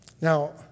Now